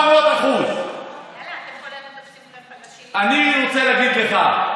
400%. אני רוצה להגיד לך,